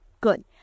Good